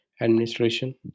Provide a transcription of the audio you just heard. administration